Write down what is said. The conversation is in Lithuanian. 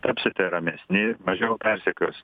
tapsite ramesni mažiau persekios